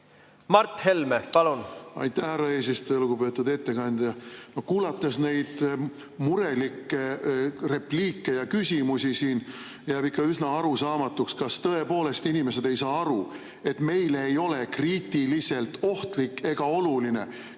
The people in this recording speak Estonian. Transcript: Mart Helme, palun! Aitäh, härra eesistuja! Lugupeetud ettekandja! Kuulates neid murelikke repliike ja küsimusi siin, jääb ikka üsna arusaamatuks, kas tõepoolest inimesed ei saa aru, et meile ei ole kriitiliselt ohtlik ega oluline, kui kümme Ameerika